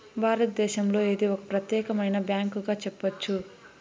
భారతదేశంలో ఇది ఒక ప్రత్యేకమైన బ్యాంకుగా చెప్పొచ్చు